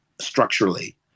structurally